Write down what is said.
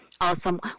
Awesome